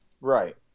Right